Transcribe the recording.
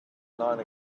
nine